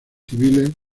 civiles